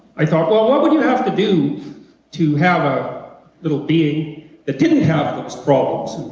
i thought well, what would you have to do to have a little being that didn't have those problems?